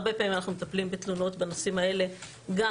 הרבה פעמים אנחנו מטפלים בתלונות בנושאים האלה גם